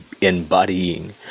embodying